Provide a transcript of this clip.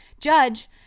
judge